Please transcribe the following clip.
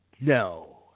No